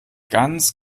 ganz